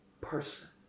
person